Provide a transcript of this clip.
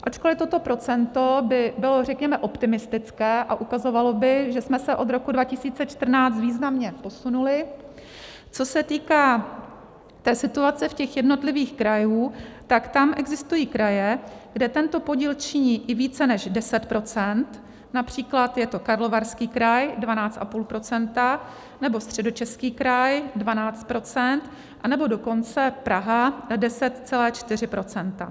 Ačkoli toto procento by bylo, řekněme, optimistické a ukazovalo by, že jsme se od roku 2014 významně posunuli, co se týká situace v těch jednotlivých krajích, tak tam existují kraje, kde tento podíl činí i více než 10 %, například je to Karlovarský kraj 12,5 % nebo Středočeský kraj 12 %, anebo dokonce Praha 10,4 %.